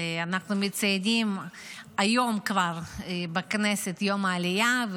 אנחנו מציינים כבר היום בכנסת את יום העלייה.